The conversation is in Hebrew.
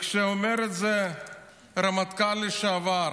כשאומר את זה רמטכ"ל לשעבר,